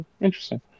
interesting